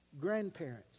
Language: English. grandparents